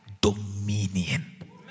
dominion